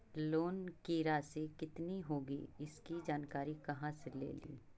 Loan की रासि कितनी होगी इसकी जानकारी कहा से ली?